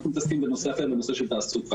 אנחנו מתעסקים בנושא אחר, נושא של תעסוקה.